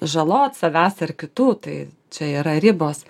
žalot savęs ar kitų tai čia yra ribos